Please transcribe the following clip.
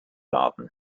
garden